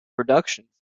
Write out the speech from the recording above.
productions